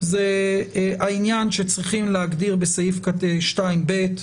זה העניין שצריכים להגדיר בסעיף 2(ב)